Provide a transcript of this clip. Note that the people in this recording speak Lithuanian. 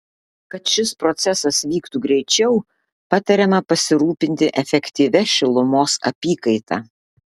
kad šis procesas vyktų greičiau patariama pasirūpinti efektyvia šilumos apykaita